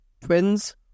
Twins